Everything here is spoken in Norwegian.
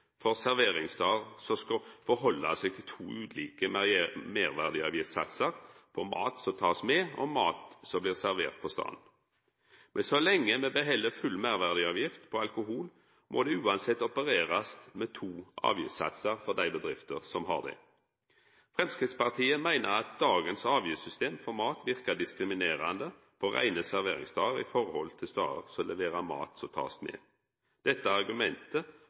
for serveringsstader som skal ta omsyn til to ulike meirverdiavgiftssatsar for mat som blir tatt med, og mat som blir servert på staden, men så lenge me beheld full meirverdiavgift på alkohol, må det uansett opererast med to avgiftssatsar for dei bedriftene som har det. Framstegspartiet meiner at dagens avgiftssystem for mat verkar diskriminerande på reine serveringsstader i forhold til stader som leverer mat som blir tatt med. Dette argumentet